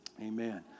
Amen